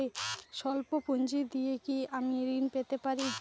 সল্প পুঁজি দিয়ে কি আমি ঋণ পেতে পারি?